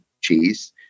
cheese